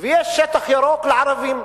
ויש שטח ירוק לערבים.